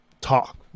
talk